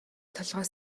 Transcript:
толгой